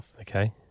Okay